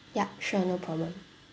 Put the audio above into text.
ya sure no problem